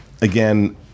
again